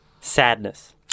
Sadness